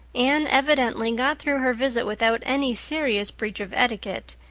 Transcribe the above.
anne evidently got through her visit without any serious breach of etiquette,